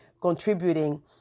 contributing